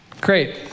Great